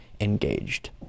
engaged